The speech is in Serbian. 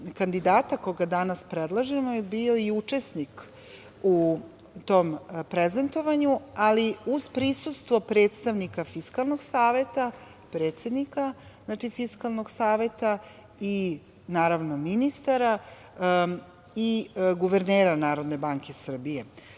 kandidata koga danas predlažemo bio i učesnik u tom prezentovanju, ali uz prisustvo predstavnika Fiskalnog saveta, predsednika Fiskalnog saveta, naravno ministara, i guvernera Narodne banke Srbije.